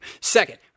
Second